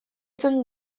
zen